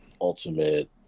ultimate